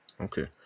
okay